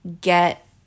get